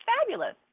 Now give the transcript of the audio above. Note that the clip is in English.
fabulous